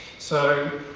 so